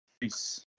peace